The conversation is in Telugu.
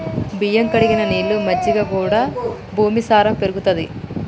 బియ్యం కడిగిన నీళ్లు, మజ్జిగ కూడా భూమి సారం పెరుగుతది